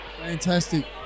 Fantastic